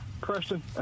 question